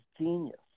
genius